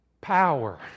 Power